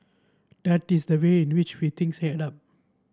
that is the way in which we things add up